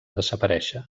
desaparèixer